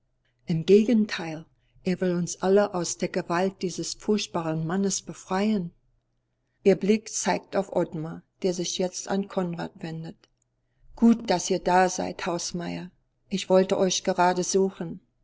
im gegenteil er will uns alle aus der gewalt dieses furchtbaren mannes befreien ihr blick zeigt auf ottmar der sich jetzt an konrad wendet gut daß ihr da seid hausmeier ich wollte euch gerade suchen